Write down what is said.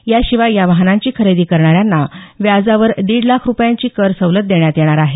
याशिवाय या वाहनांची खरेदी करणाऱ्यांना व्याजावर दीड लाख रूपयांची कर सवलत देण्यात येणार आहे